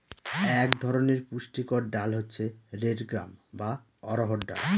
এক ধরনের পুষ্টিকর ডাল হচ্ছে রেড গ্রাম বা অড়হর ডাল